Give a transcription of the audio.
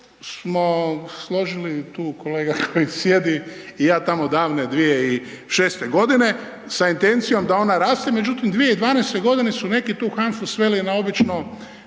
smo složili tu kolega koji sjedi i ja tamo davne 2006. g. sa invencijom da ona raste, međutim, 2012. g. su neki tu HANFA-u sveli na obično